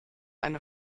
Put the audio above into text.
eine